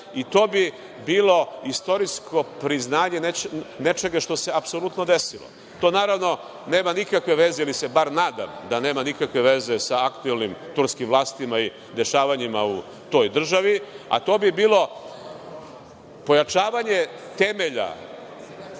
i to bi bilo istorijsko priznanje nečega što se apsolutno desilo. To naravno nema nikakve veze ili se bar nadam da nema nikakve veze sa aktuelnim turskim vlastima i dešavanjima u toj državi, a to bi bilo pojačavanje temelja